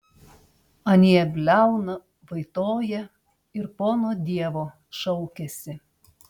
anie bliauna vaitoja ir pono dievo šaukiasi